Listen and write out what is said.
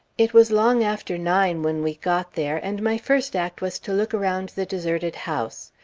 it was long after nine when we got there, and my first act was to look around the deserted house.